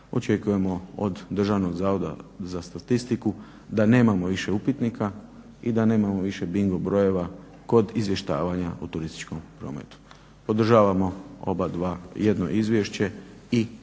očekujemo od DZS-a da nemamo više upitnika i da nemamo više bingo brojeva kod izvještavanja o turističkom prometu. Podržavamo jedno izvješće i